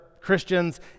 Christians